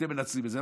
אתם מנצלים את זה,